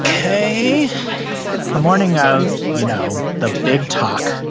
ok it's the morning of, you know the big talk.